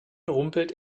rumpelte